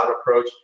approach